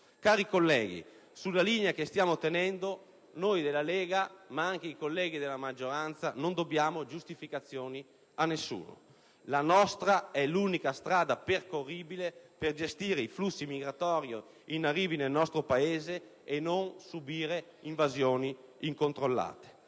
Cari colleghi, sulla linea che stiamo tenendo, noi della Lega ma anche i colleghi della maggioranza, non dobbiamo giustificazioni a nessuno. La nostra è l'unica strada percorribile per gestire il flusso migratorio in arrivo nel nostro Paese e non subire invasioni incontrollate.